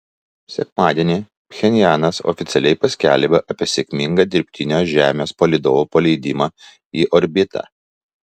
sekmadienį pchenjanas oficialiai paskelbė apie sėkmingą dirbtinio žemės palydovo paleidimą į orbitą